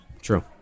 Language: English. True